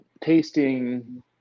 tasting